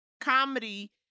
comedy